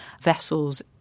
vessels